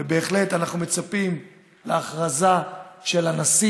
ובהחלט אנחנו מצפים להכרזה של הנשיא